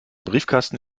briefkasten